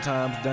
Times